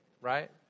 Right